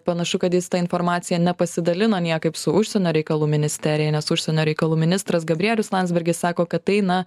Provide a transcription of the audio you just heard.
panašu kad jis ta informacija nepasidalino niekaip su užsienio reikalų ministerija nes užsienio reikalų ministras gabrielius landsbergis sako kad tai na